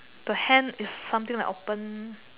the hand is something like open